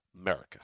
America